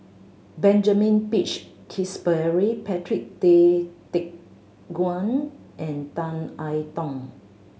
Benjamin Peach Keasberry Patrick Tay Teck Guan and Tan I Tong